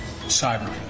Cyber